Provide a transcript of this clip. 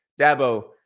Dabo